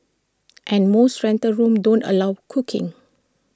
and most rental rooms don't allow cooking